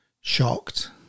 shocked